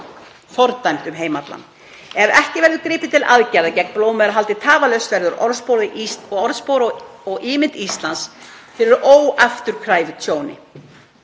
fordæmt um heim allan. Ef ekki verður gripið til aðgerða gegn blóðmerahaldi tafarlaust verður orðspor og ímynd Íslands fyrir óafturkræfu tjóni.